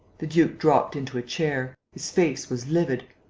the duke dropped into a chair. his face was livid.